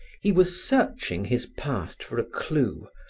he was searching his past for a clue,